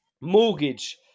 mortgage